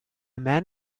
man